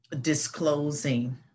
disclosing